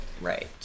right